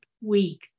week